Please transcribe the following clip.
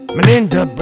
Melinda